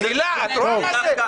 הילה, את רואה מה זה?